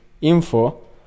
info